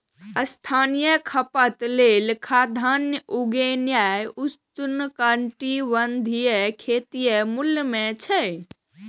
स्थानीय खपत लेल खाद्यान्न उगेनाय उष्णकटिबंधीय खेतीक मूल मे छै